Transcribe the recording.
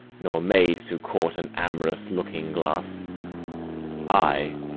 nor made to court an amorous looking-glass i,